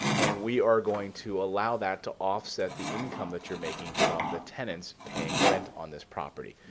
and we are going to allow that to offset the income that you're making from the tenants paying rent on this property.